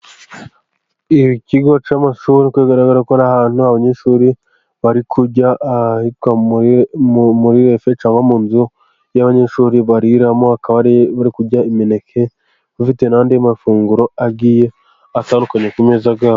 Ikigo cy'amashuri biragaragara ko ari ahantu abanyeshuri bari kurya, ahitwa muri refe cyangwa mu nzu y'abanyeshuri bariramo. Bakaba bari kurya imineke bafite n'andi mafunguro agiye atandukanye ku meza yabo.